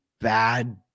bad